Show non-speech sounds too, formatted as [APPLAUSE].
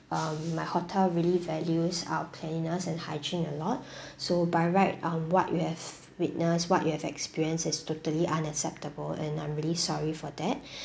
um my hotel really values our cleanliness and hygiene a lot [BREATH] so by right um what you have witness what you have experience is totally unacceptable and I'm really sorry for that [BREATH]